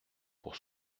pour